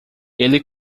ele